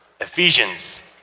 Ephesians